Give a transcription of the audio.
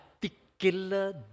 particular